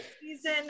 Season